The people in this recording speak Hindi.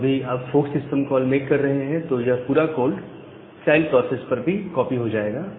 तो जब भी आप फोर्क सिस्टम कॉल मेक कर रहे हैं तो यह पूरा कोड चाइल्ड प्रोसेस पर भी कॉपी हो जाएगा